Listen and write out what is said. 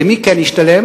למי כן ישתלם?